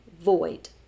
void